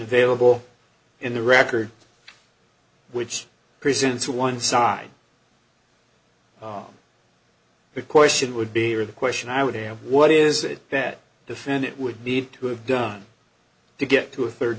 available in the record which presents one side now the question would be or the question i would have what is it that the senate would need to have done to get to a third